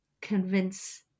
convince